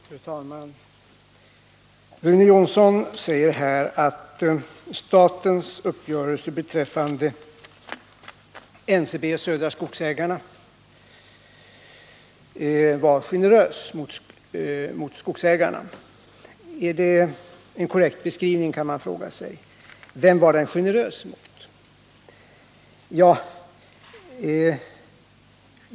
Fru talman! Rune Jonsson säger att statens uppgörelse beträffande NCB och Södra Skogsägarna var generös mot skogsägarna. Är det en korrekt beskrivning? kan man fråga sig. Vem var den generös mot?